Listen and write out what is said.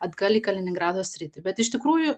atgal į kaliningrado sritį bet iš tikrųjų